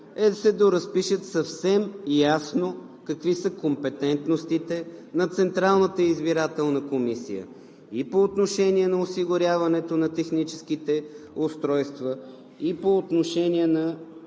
е да се доразпишат съвсем ясно какви са компетентностите на Централната избирателна комисия и по отношение на осигуряването на техническите устройства, и по отношение на